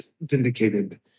vindicated